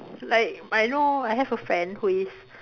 like I know I have a friend who is